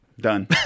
Done